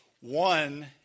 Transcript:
One